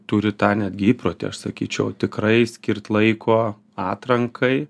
turi tą netgi įprotį aš sakyčiau tikrai skirt laiko atrankai